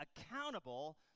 accountable